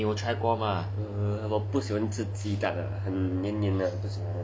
uh 我不喜欢吃鸡蛋啊很黏黏的不喜欢 mm